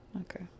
Okay